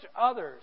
others